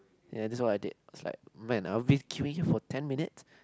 ya that was what I did I was like man I've been queueing here for ten minutes